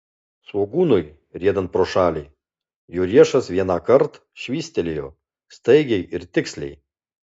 svogūnui riedant pro šalį jo riešas vienąkart švystelėjo staigiai ir tiksliai